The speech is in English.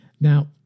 Now